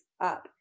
up